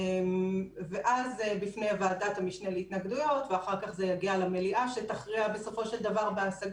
אז בפני ועדת המשנה להתנגדויות ואחר כך זה יגיע למליאה שתכריע בהשגות.